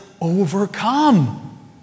overcome